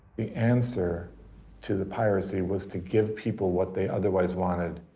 the answer to the piracy was to give people what they otherwise wanted,